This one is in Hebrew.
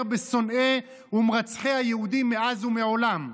בשונאי ומרצחי היהודים מאז ומעולם,